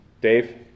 Dave